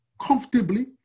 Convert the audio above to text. comfortably